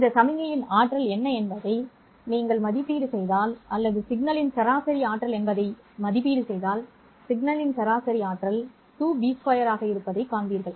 இந்த சமிக்ஞையின் ஆற்றல் என்ன என்பதை நீங்கள் மதிப்பீடு செய்தால் அல்லது சிக்னலின் சராசரி ஆற்றல் என்ன என்பதை மதிப்பீடு செய்தால் சிக்னலின் சராசரி ஆற்றல் 2b2 ஆக இருப்பதை நீங்கள் காண்பீர்கள்